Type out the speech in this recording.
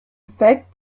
fact